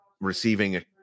receiving